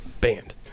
banned